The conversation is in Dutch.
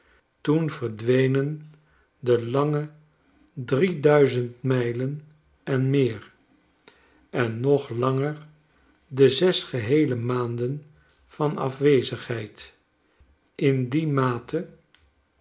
toen verdwenen de lange drie duizend mijlen en meer en nog langer de zes geheele maanden van afwezigheid in die mate